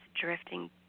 drifting